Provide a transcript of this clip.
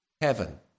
heaven